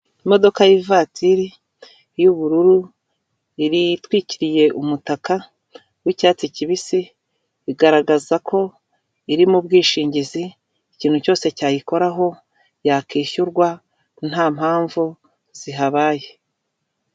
Imodoka y'ivatiri y'ubururu itwikiriye umutaka wicyatsi kibisi bigaragaza ko iri mu bwishingizi, ikintu cyose cyayikoraho yakwishyurwa nta mpamvu zihabaye.